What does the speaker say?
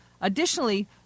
Additionally